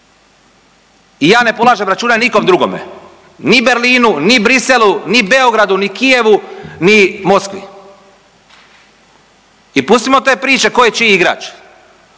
i ja ne polažem račune nikom drugome, ni Berlinu, ni Briselu, ni Beogradu, ni Kijevu, ni Moskvi i pustimo te priče ko je čiji igrač,